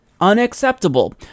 Unacceptable